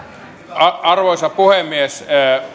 arvoisa puhemies